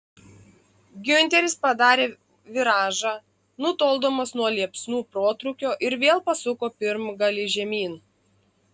giunteris padarė viražą nutoldamas nuo liepsnų protrūkio ir vėl pasuko pirmgalį žemyn